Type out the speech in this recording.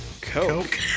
Coke